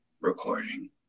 Recording